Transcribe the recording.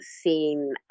seen